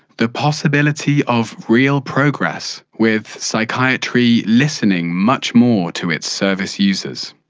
the possibility of real progress, with psychiatry listening much more to its service users.